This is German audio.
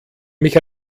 mich